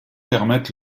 permettent